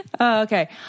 okay